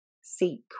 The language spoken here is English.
seek